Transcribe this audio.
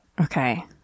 Okay